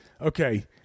okay